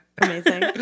Amazing